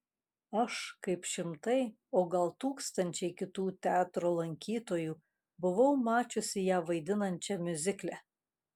aš kaip šimtai o gal tūkstančiai kitų teatro lankytojų buvau mačiusi ją vaidinančią miuzikle